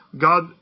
God